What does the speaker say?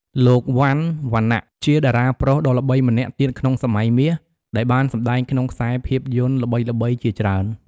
លោក វ៉ាន់ វណ្ណៈជាតារាប្រុសដ៏ល្បីម្នាក់ទៀតក្នុងសម័យមាស ដែលបានសម្ដែងក្នុងខ្សែភាពយន្តល្បីៗជាច្រើន។